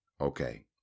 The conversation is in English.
Okay